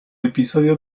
episodio